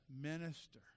minister